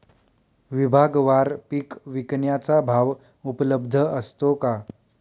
विभागवार पीक विकण्याचा भाव उपलब्ध असतो का?